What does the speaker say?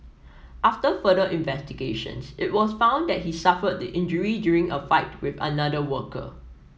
after further investigations it was found that he suffered the injury during a fight with another worker